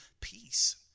peace